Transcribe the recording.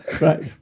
Right